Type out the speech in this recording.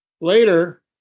Later